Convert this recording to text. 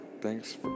thanks